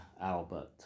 Albert